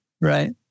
Right